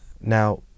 Now